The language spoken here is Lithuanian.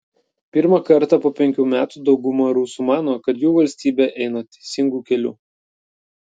pirmą kartą po penkių metų dauguma rusų mano kad jų valstybė eina teisingu keliu